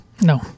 No